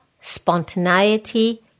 spontaneity